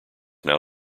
now